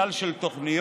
סל של תוכניות,